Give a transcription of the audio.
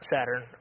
Saturn